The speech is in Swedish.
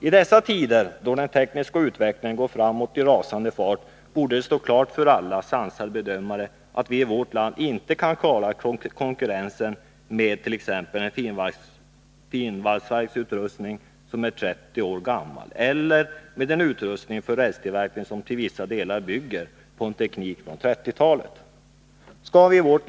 I dessa tider då den tekniska utvecklingen går framåt i rasande fart borde det stå klart för alla sansade bedömare, att vi i vårt land inte kan klara konkurrensen med en finvalsverksutrustning som är 30 år gammal eller med en rälstillverkning som i vissa delar bygger på teknik från 1930-talet.